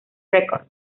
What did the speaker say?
records